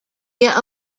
via